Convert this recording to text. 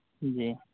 جی